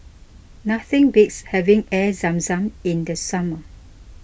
nothing beats having Air Zam Zam in the summer